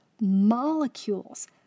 molecules